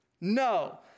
No